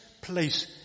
place